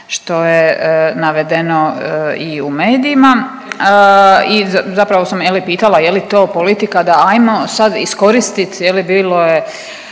što je navedeno i u medijima i zapravo sam, je li, pitala je li to politika da, ajmo sad iskoristit, je li, bilo je,